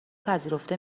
پذیرفته